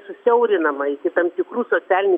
susiaurinama iki tam tikrų socialin